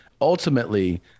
ultimately